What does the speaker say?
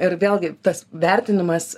ir vėlgi tas vertinimas